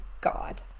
God